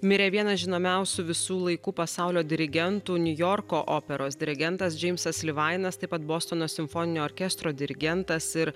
mirė vienas žinomiausių visų laikų pasaulio dirigentų niujorko operos dirigentas džeimsas livainas taip pat bostono simfoninio orkestro dirigentas ir